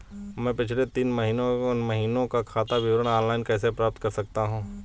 मैं पिछले तीन महीनों का खाता विवरण ऑनलाइन कैसे प्राप्त कर सकता हूं?